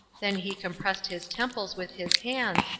then he compressed his temples with his hands,